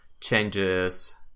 changes